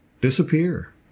disappear